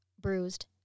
bruised